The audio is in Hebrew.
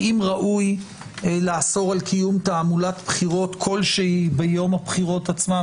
האם ראוי לאסור על קיום תעמולת בחירות כל שהיא ביום הבחירות עצמו,